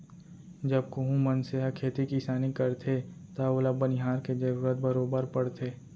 जब कोहूं मनसे ह खेती किसानी करथे तव ओला बनिहार के जरूरत बरोबर परथे